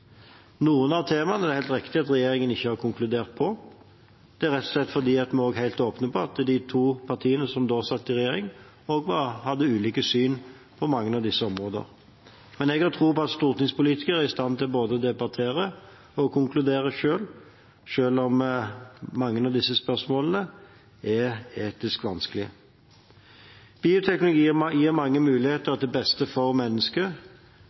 Noen av temaene er det helt riktig at regjeringen ikke har konkludert på. Det er rett og slett fordi vi er helt åpne om at de to partiene som da satt i regjering, hadde ulike syn på mange av disse områdene. Jeg har tro på at stortingspolitikere er i stand til både å debattere og å konkludere selv, selv om mange av disse spørsmålene er etisk vanskelige. Bioteknologi gir mange muligheter til beste for mennesket,